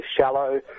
shallow